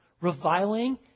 reviling